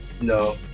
No